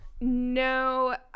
no